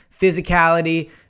Physicality